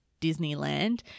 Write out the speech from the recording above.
Disneyland